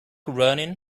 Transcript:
running